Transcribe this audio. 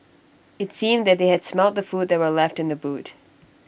IT seemed that they had smelt the food that were left in the boot